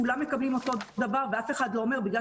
כולם מקבלים אותו דבר ואף אחד לא אומר ש'בגלל